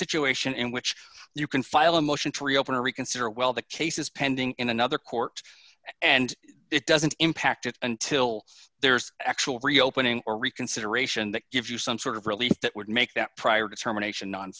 situation in which you can file a motion to reopen reconsider well the case is pending in another court and it doesn't impact it until there's actual reopening or reconsideration that gives you some sort of relief that would make that prior determination non